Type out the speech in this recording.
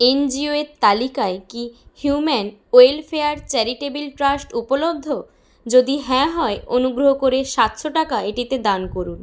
NGO এর তালিকায় কি হিউম্যান ওয়েলফেয়ার চ্যারিটেবল ট্রাস্ট উপলব্ধ যদি হ্যাঁ হয় অনুগ্রহ করে সাতশো টাকা এটিতে দান করুন